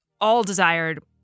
all-desired